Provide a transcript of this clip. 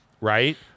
right